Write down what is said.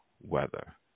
weather